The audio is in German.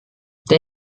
der